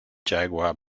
jaguar